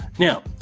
Now